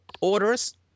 orders